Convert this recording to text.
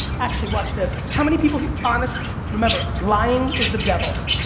actually watch this. how many people here. honest, remember lying is the devil.